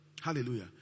Hallelujah